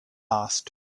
asked